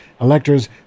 electors